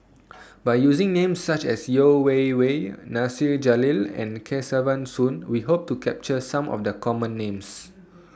By using Names such as Yeo Wei Wei Nasir Jalil and Kesavan Soon We Hope to capture Some of The Common Names